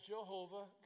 Jehovah